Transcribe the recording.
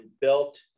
built